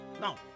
Now